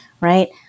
right